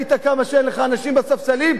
ראית כמה שאין לך אנשים בספסלים,